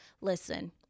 Listen